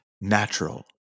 natural